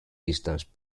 distance